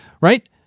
Right